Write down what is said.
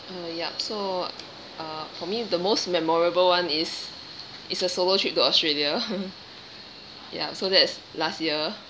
uh yup so uh for me the most memorable one is is a solo trip to australia ya so that's last year